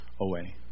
away